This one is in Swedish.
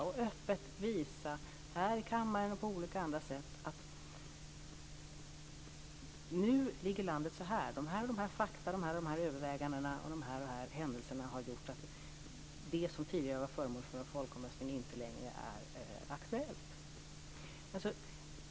De kan här i kammaren och på andra sätt visa hur landet ligger, vilka fakta, överväganden och händelser som har gjort att det som tidigare var föremål för en folkomröstning inte längre är aktuellt.